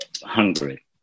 Hungary